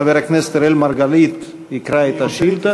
וחבר הכנסת אראל מרגלית יקרא את השאילתה.